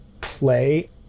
play